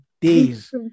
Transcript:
days